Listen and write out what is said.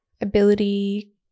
ability